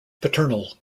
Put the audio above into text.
paternal